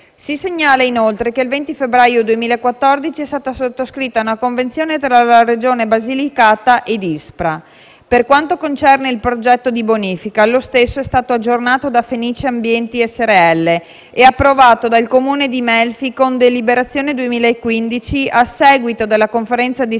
Si segnala, inoltre, che il 20 febbraio 2014 è stata sottoscritta una Convenzione tra la Regione Basilicata ed ISPRA. Per quanto concerne il progetto di bonifica, lo stesso è stato aggiornato da Fenice Ambiente srl ed approvato dal Comune di Melfi con deliberazione del 2015, a seguito della Conferenza di